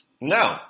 no